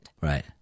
Right